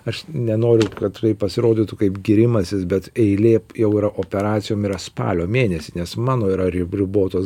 aš nenoriu kad tai pasirodytų kaip gyrimasis bet eilė jau yra operacijom yra spalio mėnesį nes mano yra ri ribotos